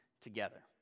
together